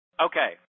Okay